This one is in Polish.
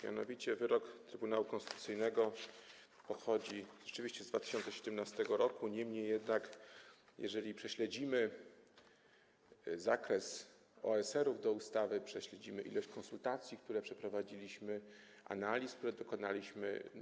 Mianowicie: wyrok Trybunału Konstytucyjnego pochodzi rzeczywiście z 2017 r., niemniej jednak, jeżeli prześledzimy zakres OSR-ów do ustawy, prześledzimy ilość konsultacji, które przeprowadziliśmy, analiz, których dokonaliśmy.